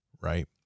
right